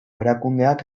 erakundeak